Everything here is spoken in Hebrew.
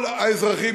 כל האזרחים,